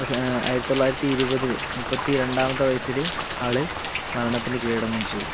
പക്ഷെ ആയിരത്തി തൊള്ളായിരത്തി ഇരുപതില് മുപ്പത്തി രണ്ടാമത്തെ വയസില് ആള് മരണത്തിന് കീഴടങ്ങുകയും ചെയ്തു